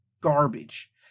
garbage